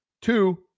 Two